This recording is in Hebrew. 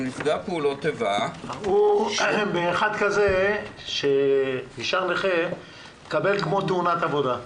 אחד כזה שנשאר נכה מקבל כמו תאונת עבודה,